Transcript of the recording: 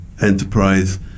enterprise